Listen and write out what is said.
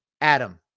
Adam